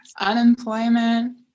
unemployment